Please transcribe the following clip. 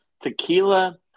Tequila